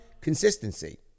consistency